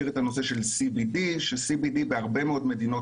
CBD של קנאבידיול בהרבה מאוד מדינות